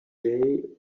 day